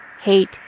Hate